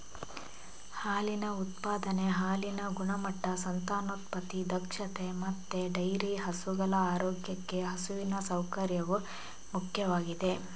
ಹಾಲಿನ ಉತ್ಪಾದನೆ, ಹಾಲಿನ ಗುಣಮಟ್ಟ, ಸಂತಾನೋತ್ಪತ್ತಿ ದಕ್ಷತೆ ಮತ್ತೆ ಡೈರಿ ಹಸುಗಳ ಆರೋಗ್ಯಕ್ಕೆ ಹಸುವಿನ ಸೌಕರ್ಯವು ಮುಖ್ಯವಾಗಿದೆ